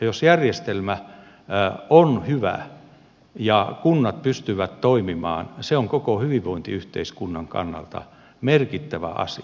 jos järjestelmä on hyvä ja kunnat pystyvät toimimaan se on koko hyvinvointiyhteiskunnan kannalta merkittävä asia